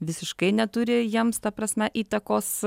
visiškai neturi jiems ta prasme įtakos